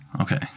Okay